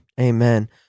amen